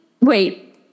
wait